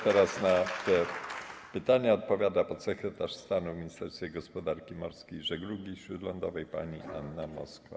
Teraz na te pytania odpowie podsekretarz stanu w Ministerstwie Gospodarki Morskiej i Żeglugi Śródlądowej pani Anna Moskwa.